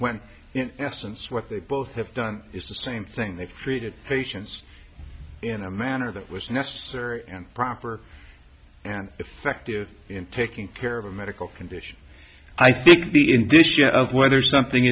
when in essence what they both have done is the same thing they treated patients in a manner that was necessary and proper and effective in taking care of a medical condition i think this you know whether something